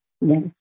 Yes